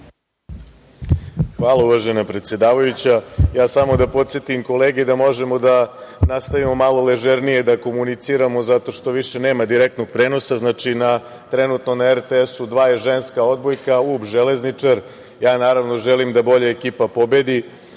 Hvala, uvažena predsedavajuća. Samo da podsetim kolege da možemo da nastavimo malo ležernije da komuniciramo zato što više nema direktnog prenosa. Znači, trenutno RTS je ženska odbojka Ub- Železničar. Naravno, želim da bolja ekipa pobedi,